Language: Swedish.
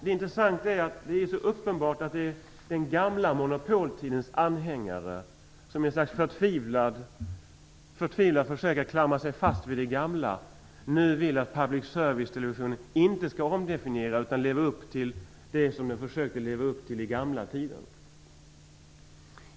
Det intressanta är att det är så uppenbart att det är den gamla monopoltidens anhängare som i ett slags förtvivlat försök att klamra sig fast vid det gamla nu vill att public service-televisionen inte skall omdefinieras, utan leva upp till det som den försökte leva upp till i gamla tider.